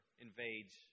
invades